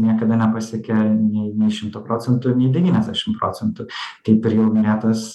niekada nepasiėkia nei nei šimto procentų nei devyniasdešim procentų kaip ir jau minėtas